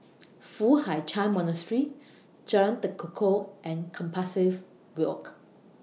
Foo Hai Ch'An Monastery Jalan Tekukor and Compassvale Walk